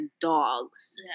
dogs